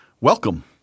Welcome